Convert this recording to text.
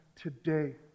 today